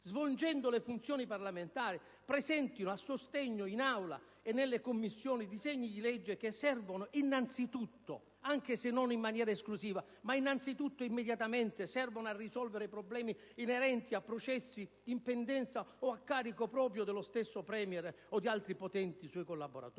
svolgendo le funzioni parlamentari, presentino e sostengano in Aula o nelle Commissioni disegni di legge che servono innanzi tutto ed immediatamente - anche se non in maniera esclusiva - a risolvere problemi inerenti a processi in pendenza o a carico proprio dello stesso *Premier* o di altri potenti suoi collaboratori?